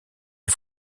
les